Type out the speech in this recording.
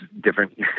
different